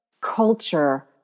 culture